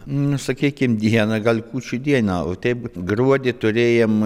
nu sakykim dieną gal kūčių dieną o taip gruodį turėjom